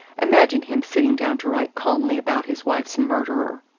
imagine him sitting down to write calmly about his wife's murderer!